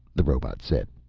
the robot said.